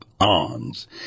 ons